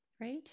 right